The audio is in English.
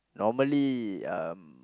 normally um